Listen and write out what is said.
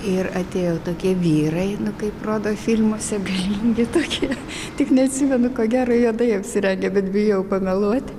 ir atėjo tokie vyrai nu kaip rodo filmuose galingi tokie tik neatsimenu ko gero juodai apsirengę bet bijau pameluot